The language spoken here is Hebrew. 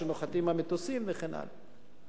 איפה שנוחתים המטוסים וכן הלאה.